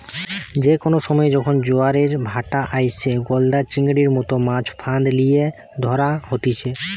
যে কোনো সময়ে যখন জোয়ারের ভাঁটা আইসে, গলদা চিংড়ির মতো মাছ ফাঁদ লিয়ে ধরা হতিছে